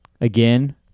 Again